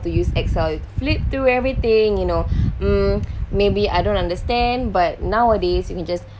to use excel you flip through everything you know um maybe I don't understand but nowadays you can just